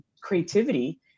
creativity